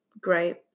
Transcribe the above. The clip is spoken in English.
great